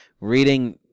reading